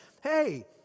hey